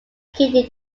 kidney